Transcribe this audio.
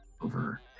over